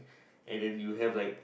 and then you have like